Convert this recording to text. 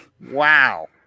Wow